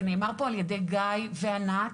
ונאמר פה על ידי גיא וענת,